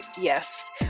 yes